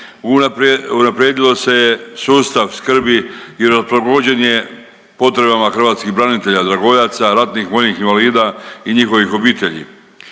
unaprijedilo se je sustav skrbi i prilagođen je potrebama hrvatskih branitelja, dragovoljaca, ratnih vojnih obitelji i njihovih obitelji.